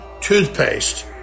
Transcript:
Toothpaste